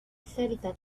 الثالثة